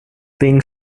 being